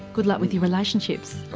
good luck with your relationships. ah